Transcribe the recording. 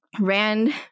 Ran